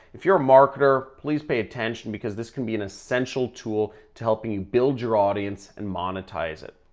if you're a marketer please pay attention because this can be an essential tool to helping you build your audience and monetize it.